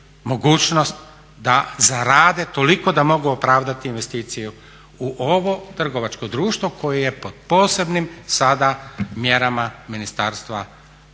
mogućnost da zarade toliko da mogu opravdati investiciju u ovo trgovačko društvo koje je pod posebnim sada mjerama Ministarstva